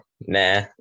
nah